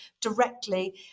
directly